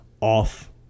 off